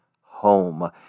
home